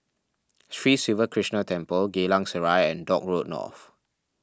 Sri Siva Krishna Temple Geylang Serai and Dock Road North